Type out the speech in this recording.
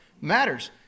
matters